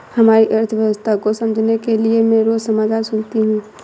हमारी अर्थव्यवस्था को समझने के लिए मैं रोज समाचार सुनती हूँ